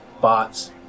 bots